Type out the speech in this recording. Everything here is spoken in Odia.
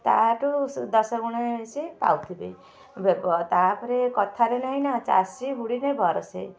ତା ଠୁ ସ ଦଶ ଗୁଣରେ ସିଏ ପାଉଥିବେ ଦେଖ ତାପରେ କଥାରେ ନାହିଁ ନା ଚାଷୀ ହୁଡ଼ିଲେ ବରଷେ